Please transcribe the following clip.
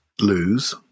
lose